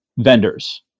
Vendors